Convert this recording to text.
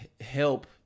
help